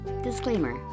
Disclaimer